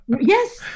Yes